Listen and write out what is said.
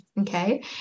Okay